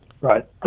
right